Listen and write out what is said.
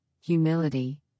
humility